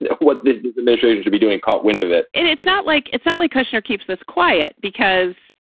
what this administration should be doing caught wind of it and it's not like it's not like kushner keeps this quiet because,